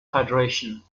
federation